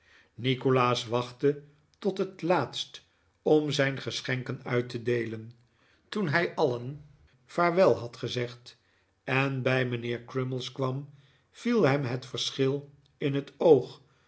nikolaas wachtte tot het laatst om zijn geschenken uit te deelen toen hij alien vaarwel had gezegd en bij mijnheer crummies kwam viel hem het verschil in het oog